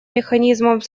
механизмов